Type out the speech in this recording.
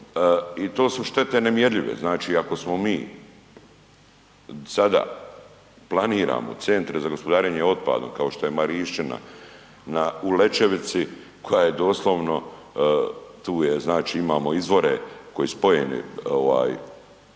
i to su štete nemjerljive. Znači ako smo mi sada planiramo centre na gospodarenje otpadom kao što je Marišćina u Lećevici koja je doslovno tu je znači imamo izvore koji spojene ovaj